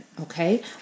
Okay